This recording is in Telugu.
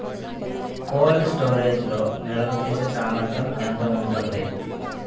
కోల్డ్ స్టోరేజ్ లో నిల్వచేసేసామర్థ్యం ఎంత ఉంటుంది?